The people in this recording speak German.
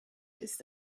ist